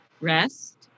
rest